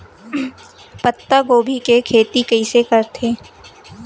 पत्तागोभी के खेती कइसे करथे?